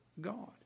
God